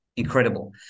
incredible